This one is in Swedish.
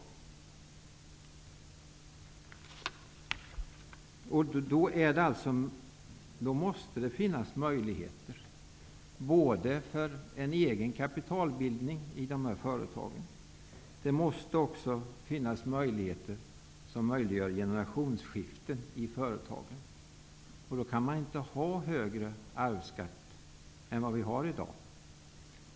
Då måste det finnas möjligheter för en egen kapitalbildning i de här företagen. Det måste också finnas möjligheter till generationsskifte i företagen. Då kan man inte ha högre arvsskatt än vi har i dag.